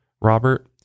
robert